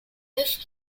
with